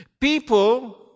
People